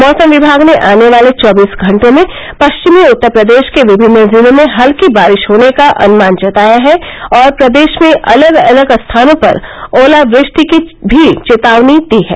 मौसम विभाग ने आने वाले चौबीस घंटों में पष्चिमी उत्तर प्रदेष के विभिन्न जिलों में हल्की बारिष होने का अनुमान जताया है और प्रदेश में अलग अलग स्थानों पर ओलावृष्टि की भी चेतावनी दी है